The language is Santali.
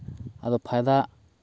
ᱟᱫᱚ ᱯᱷᱟᱭᱫᱟ